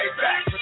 back